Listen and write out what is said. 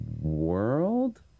World